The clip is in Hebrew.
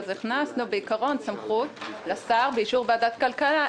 הכנסנו בעיקרון סמכות לשר באישור ועדת כלכלה,